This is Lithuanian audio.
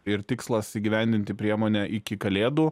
ir tikslas įgyvendinti priemonę iki kalėdų